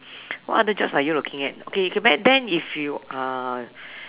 what other jobs are you looking at okay okay back then if you are